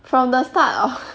from the start orh